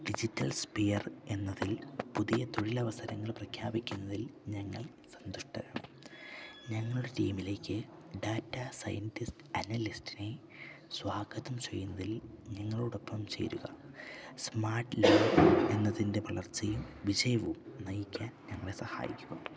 digital Sphere എന്നതിൽ പുതിയ തൊഴിലവസരങ്ങൾ പ്രഖ്യാപിക്കുന്നതിൽ ഞങ്ങൾ സന്തുഷ്ടരാണ് ഞങ്ങളുടെ ടീമിലേക്ക് ഡാറ്റാ സയന്റിസ്റ്റ് അനലിസ്റ്റിനെ സ്വാഗതം ചെയ്യുന്നതിൽ ഞങ്ങളോടൊപ്പം ചേരുക സ്മാർട്ട് ലാബ്സ് എന്നതിൻ്റെ വളർച്ചയും വിജയവും നയിക്കാൻ ഞങ്ങളെ സഹായിക്കുക